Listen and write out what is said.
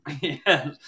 Yes